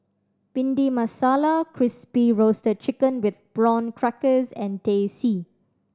Bhindi Masala Crispy Roasted Chicken with Prawn Crackers and Teh C